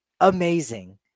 amazing